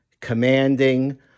commanding